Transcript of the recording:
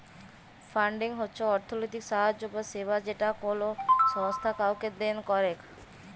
funding হচ্ছ অর্থলৈতিক সাহায্য বা সেবা যেটা কোলো সংস্থা কাওকে দেন করেক